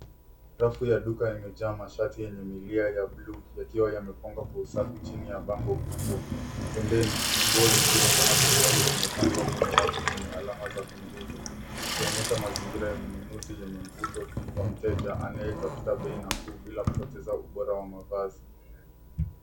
Rafu ya duka imejaa mashati yenye milia ya blue .Yakiwa yamepangwa kwa usafi chini ya bango kubwa. Pembeni nguo nyingine kama suruali zimepangwa kwenye rafu zenye alama za punguzo .likionyesha mazingira ya mnunuzi yenye mvuto kwa mteja anayetafuta bei nafuu bila kupoteza ubora wa mavazi.